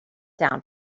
down